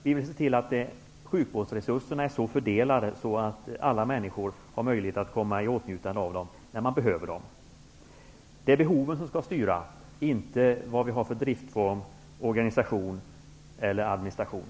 Vi vill se till att sjukvårdsresurserna är så fördelade att alla människor har möjlighet att komma i åtnjutande av dem när de behöver. Det är behoven som skall styra -- inte vad vi har för driftform, organisation eller administration.